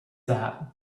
that